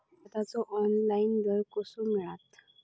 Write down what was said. भाताचो ऑनलाइन दर कसो मिळात?